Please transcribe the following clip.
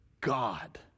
God